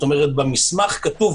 במסמך כתוב: